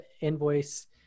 invoice